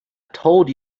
told